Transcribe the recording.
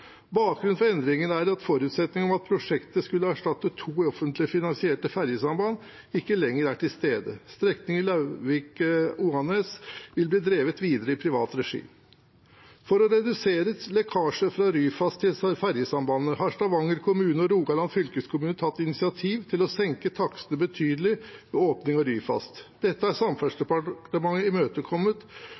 Bakgrunnen for endringen er at forutsetningen om at prosjektet skulle erstatte to offentlig finansierte ferjesamband, ikke lenger er til stede. Strekningen Lauvik–Oanes vil bli drevet videre i privat regi. For å redusere lekkasje fra Ryfast til ferjesambandet har Stavanger kommune og Rogaland fylkeskommune tatt initiativ til å senke takstene betydelig ved åpning av Ryfast. Dette har Samferdselsdepartementet imøtekommet